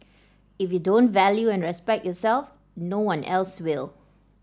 if you don't value and respect yourself no one else will